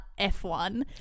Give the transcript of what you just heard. F1